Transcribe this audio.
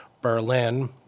Berlin